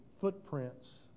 footprints